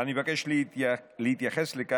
האיש הזה צדיק גדול.